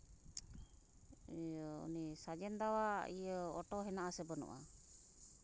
ᱩᱱᱤ ᱥᱟᱜᱮᱱ ᱫᱟᱣᱟᱜ ᱚᱴᱳ ᱦᱮᱱᱟᱜ ᱟᱥᱮ ᱵᱟᱹᱱᱩᱜᱼᱟ